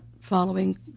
following